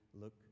look